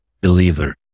believer